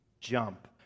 jump